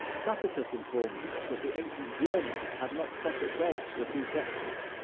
tacitus informs us that the ancient germans had not separate beds for the two sexes,